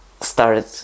started